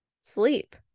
sleep